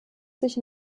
sich